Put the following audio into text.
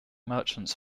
merchants